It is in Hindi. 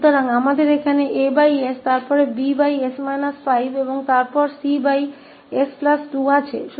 तो हमारे पास यहाँ As फिर Bs 5 और फिर Cs2 है